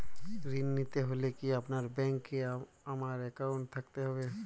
ঋণ নিতে হলে কি আপনার ব্যাংক এ আমার অ্যাকাউন্ট থাকতে হবে?